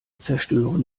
zerstören